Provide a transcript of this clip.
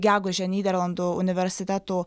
gegužę nyderlandų universitetų